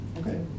Okay